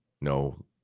No